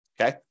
okay